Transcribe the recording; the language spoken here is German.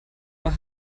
weil